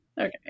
Okay